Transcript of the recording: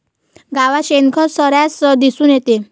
गावात शेणखत सर्रास दिसून येते